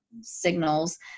signals